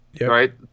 right